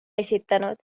esitanud